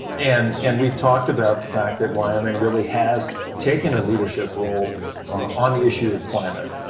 and and we've talked about the fact that wyoming really has taken a leadership role on the issue of climate.